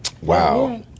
Wow